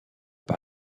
par